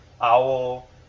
owl